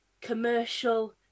commercial